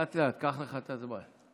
לאט-לאט, קח את הזמן.